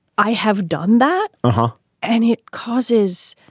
i have done that. uh-huh any causes?